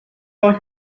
euch